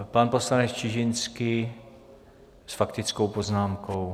Pan poslanec Čižinský s faktickou poznámkou.